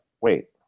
wait